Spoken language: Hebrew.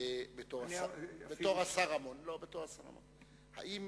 בתור השר רמון: האם